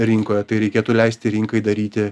rinkoje tai reikėtų leisti rinkai daryti